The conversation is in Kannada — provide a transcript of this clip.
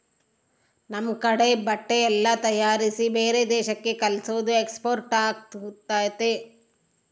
ನಮ್ ಕಡೆ ಬಟ್ಟೆ ಎಲ್ಲ ತಯಾರಿಸಿ ಬೇರೆ ದೇಶಕ್ಕೆ ಕಲ್ಸೋದು ಎಕ್ಸ್ಪೋರ್ಟ್ ಆಗುತ್ತೆ